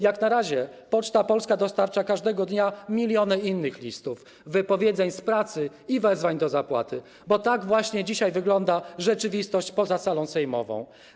Jak na razie Poczta Polska dostarcza każdego dnia miliony innych listów: wypowiedzeń z pracy i wezwań do zapłaty, bo tak właśnie wygląda dzisiaj rzeczywistość poza salą sejmową.